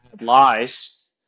lies